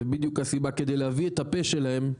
זו בדיוק הסיבה כדי להביא את הפה שלהם,